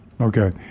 okay